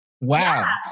Wow